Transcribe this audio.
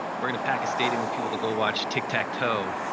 we're gonna pack a stadium with people to go watch tic-tac-toe.